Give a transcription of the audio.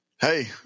Hey